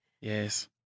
Yes